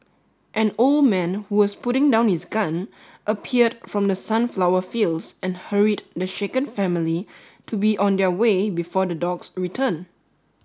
an old man who was putting down his gun appeared from the sunflower fields and hurried the shaken family to be on their way before the dogs return